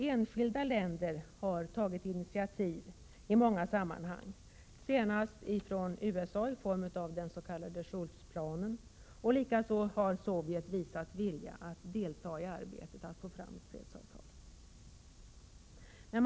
Enskilda länder har tagit initiativ i många sammanhang, senast USA i form av Shultz-planen. Likaså har Sovjet visat vilja att delta i arbetet för att få till stånd fredssamtal.